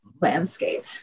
landscape